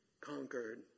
conquered